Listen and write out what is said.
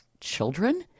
children